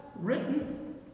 written